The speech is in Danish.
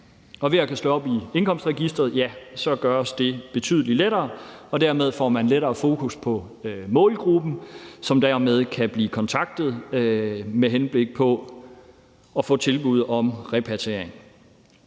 Ved at kunne slå op i indkomstregisteret gøres det betydelig lettere, og dermed får man lettere fokus på målgruppen, som dermed kan blive kontaktet med henblik på at få tilbud om repatriering.